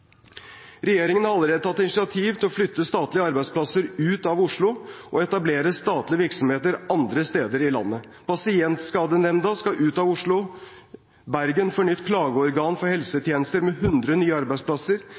Regjeringen har allerede tatt initiativ til å flytte statlige arbeidsplasser ut av Oslo og etablere statlige virksomheter andre steder i landet. Pasientskadenemnda skal ut av Oslo. Bergen får nytt klageorgan for helsetjenester med 100 nye arbeidsplasser.